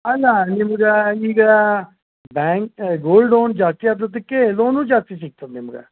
ಅಲ್ಲ ನಿಮ್ಗೆ ಈಗ ಬ್ಯಾಂಕ್ ಗೋಲ್ಡ್ ಲೋನ್ ಜಾಸ್ತಿ ಆದದ್ದಕ್ಕೆ ಲೋನು ಜಾಸ್ತಿ ಸಿಗ್ತದೆ ನಿಮ್ಗೆ